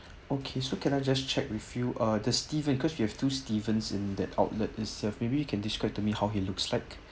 okay so can I just check with you ah the steven cause you have to steven in that outlet itself maybe you can describe to me how he looks like